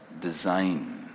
design